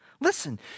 listen